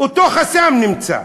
אותו חסם נמצא.